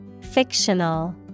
Fictional